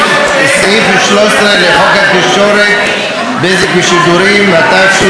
וסעיף 13 לחוק התקשורת (בזק ושידורים), התשמ"ב